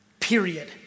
Period